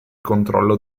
controllo